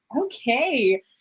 okay